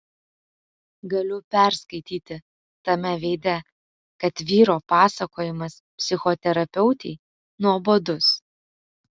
galiu perskaityti tame veide kad vyro pasakojimas psichoterapeutei nuobodus